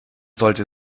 sollte